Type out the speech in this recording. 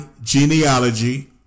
genealogy